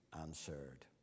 answered